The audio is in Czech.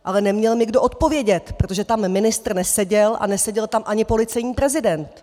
Ale neměl mi kdo odpovědět, protože tam ministr neseděl a neseděl tam ani policejní prezident.